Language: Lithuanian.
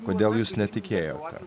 kodėl jūs netikėjote